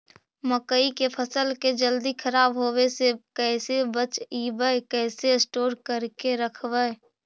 मकइ के फ़सल के जल्दी खराब होबे से कैसे बचइबै कैसे स्टोर करके रखबै?